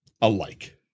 alike